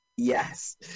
Yes